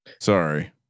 Sorry